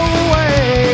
away